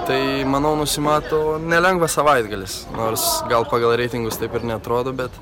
tai manau nusimato nelengvas savaitgalis nors gal pagal reitingus taip ir neatrodo bet